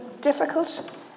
difficult